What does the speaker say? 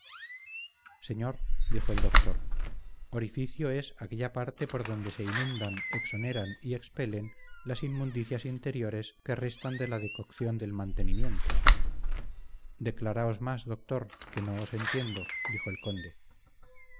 señor dijo el doctor orificio es aquella parte por donde se inundan exoneran y expelen las inmundicias interiores que restan de la decocción del mantenimiento declaraos más doctor que no os entiendo dijo el conde